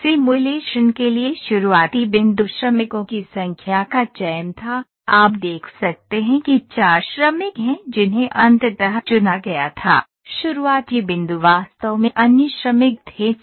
इस सिमुलेशन के लिए शुरुआती बिंदु श्रमिकों की संख्या का चयन था आप देख सकते हैं कि 4 श्रमिक हैं जिन्हें अंततः चुना गया था शुरुआती बिंदु वास्तव में अन्य श्रमिक थे